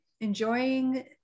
enjoying